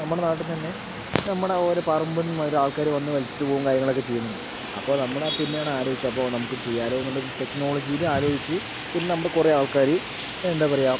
നമ്മുടെ നാട്ടിൽനിന്ന് തന്നെ നമ്മുടെ ഓരോ പറമ്പിൽനിന്ന് ഓരോ ആൾക്കാര് വന്നു വലിച്ചിട്ട് പോവുകയും കാര്യങ്ങളൊക്കെ ചെയ്യുന്നുണ്ട് അപ്പോൾ നമ്മൾ പിന്നെയാണ് ആലോചിച്ചത് അപ്പോൾ നമുക്കും ചെയ്യാലോയെന്നൊരു ടെക്നോളജിയിൽ ആലോചിച്ചു പിന്നെ നമ്മുടെ കുറേ ആൾക്കാർ എന്താ പറയുക